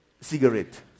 cigarette